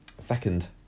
second